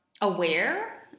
aware